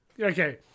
Okay